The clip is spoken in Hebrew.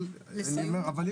אבל אני אומר,